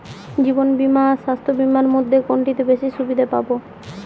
জীবন বীমা আর স্বাস্থ্য বীমার মধ্যে কোনটিতে বেশী সুবিধে পাব?